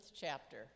chapter